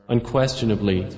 Unquestionably